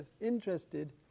interested